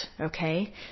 Okay